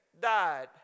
died